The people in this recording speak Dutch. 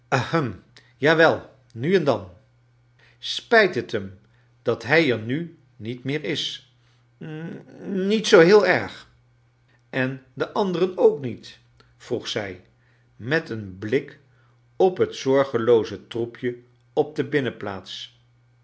jawel nu en dan spijt het hem dat hij er nu niet mcer is n iet zoo heel erg kn den anderen ook niet vroeg zij met een blik op het zorgelooze troepje op de binnenplaats